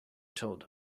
told